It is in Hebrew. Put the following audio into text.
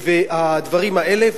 והדברים האלה.